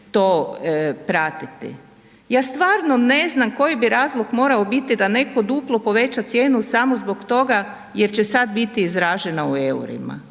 Ja stvarno ne znam koji bi razlog morao biti da netko duplo poveća cijenu samo zbog toga jer će sad biti izražena u EUR-ima.